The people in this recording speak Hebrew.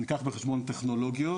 נלקחו בחשבון טכנולוגיות